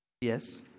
Yes